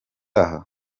aha